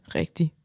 rigtig